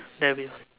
that would be